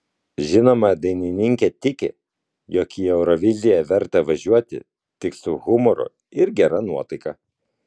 žinoma dainininkė tiki jog į euroviziją verta važiuoti tik su humoru ir gera nuotaika